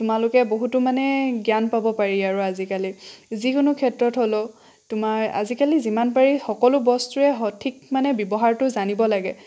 তোমালোকে বহুতো মানে জ্ঞান পাব পাৰি আৰু আজিকালি যিকোনো ক্ষেত্ৰত হ'লেও তোমাৰ আজিকালি যিমান পাৰি সকলো বস্তুৰে সঠিক মানে ব্যৱহাৰটো জানিব লাগে